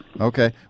Okay